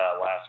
last